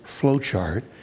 flowchart